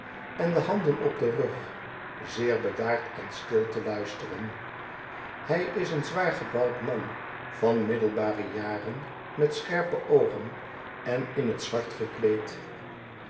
en de handen op den rug zeer bedaard en stil te luisteren hij is een zwaar gebouwd man van middelbare jaren met scherpe oogen en in het zwart gekleed